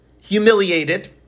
humiliated